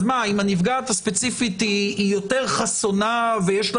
אז אם הנפגעת הספציפית יותר חסונה ויש לה